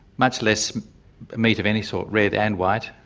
much less meat of any sort, red and white,